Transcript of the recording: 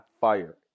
fire